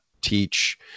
teach